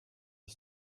ich